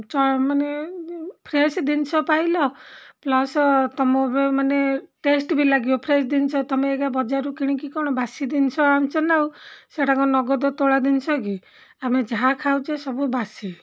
ମାନେ ଫ୍ରେଶ୍ ଜିନିଷ ପାଇଲ ପ୍ଲସ୍ ତୁମେ ମାନେ ଟେଷ୍ଟ ବି ଲାଗିବ ଫ୍ରେଶ୍ ଜିନିଷ ତୁମେ ଏଇଆ ବଜାରରୁ କିଣିକି କ'ଣ ବାସି ଜିନିଷ ଆଣୁଛ ନା ଆଉ ସେଟାକ ନଗଦ ତୋଳା ଜିନିଷ କି ଆମେ ଯାହା ଖାଉଛେ ସବୁ ବାସି